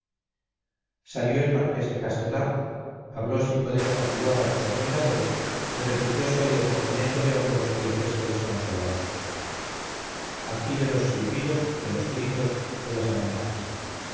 salió el marqués de castelar habló sin poder apaciguar a sus admiradores y repitiose el encogimiento de hombros y el gesto desconsolador aquí de los silbidos de los gritos de las amenazas